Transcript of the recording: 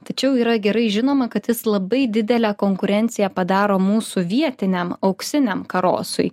tačiau yra gerai žinoma kad jis labai didelę konkurenciją padaro mūsų vietiniam auksiniam karosui